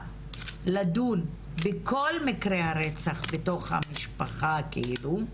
לדון בכל מקרי הרצח בתוך המשפחה כאילו,